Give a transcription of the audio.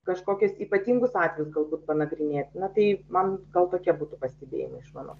kažkokius ypatingus atvejus galbūt panagrinėt na tai man gal tokie būtų pastebėjimai iš mano